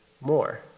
more